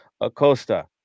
Acosta